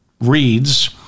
reads